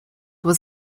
was